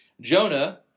Jonah